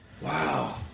Wow